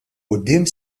quddiem